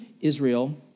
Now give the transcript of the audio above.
Israel